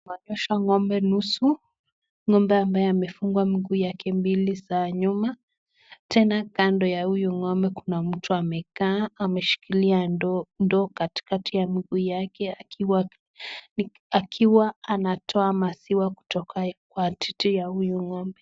Kwaonyesha ng'ombe nusu. Ng'ombe ambaye amefungwa miguu yake mbili za nyuma. Tena kando ya huyu ng'ombe kuna mtu amekaa ameshikilia ndoo katikati ya miguu yake akiwa akiwa anatoa maziwa kutoka kwa titi ya huyu ng'ombe.